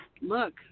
look